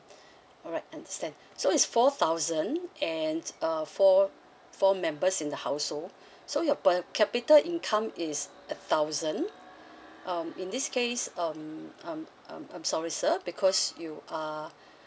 alright understand so is four thousand and uh four four members in the household so your per capita income is a thousand um in this case um um um I'm sorry sir because you are